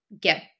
get